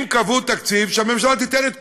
אם קבעו תקציב, הממשלה תיתן את כולו.